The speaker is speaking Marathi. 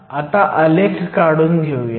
आता आलेख काढून घेऊयात